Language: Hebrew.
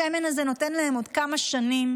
השמן הזה נותן להם עוד כמה שנים,